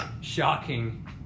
Shocking